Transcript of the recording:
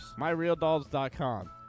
Myrealdolls.com